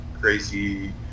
crazy